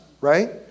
right